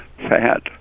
fat